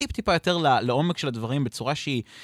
טיפ טיפה יותר לעומק של הדברים, בצורה שהיא...